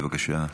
בבקשה.